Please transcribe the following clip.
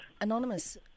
Anonymous